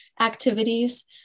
activities